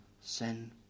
sin